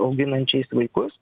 auginančiais vaikus